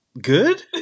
good